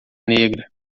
negra